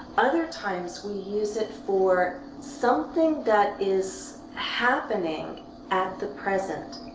other times we use it for something that is happening at the present,